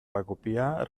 pagopa